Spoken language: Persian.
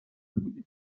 بودیم